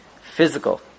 physical